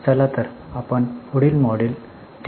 चला तर आपण पुढील मॉड्यूल 3